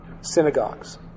Synagogues